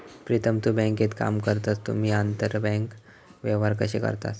प्रीतम तु बँकेत काम करतस तुम्ही आंतरबँक व्यवहार कशे करतास?